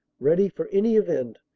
ready for any event,